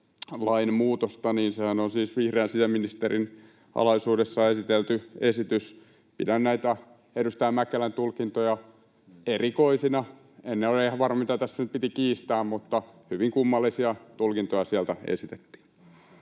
on vihreän sisäministerin alaisuudessa esitelty esitys. Pidän näitä edustaja Mäkelän tulkintoja erikoisina. En ole ihan varma, mitä tässä nyt piti kiistää, mutta hyvin kummallisia tulkintoja sieltä esitettiin.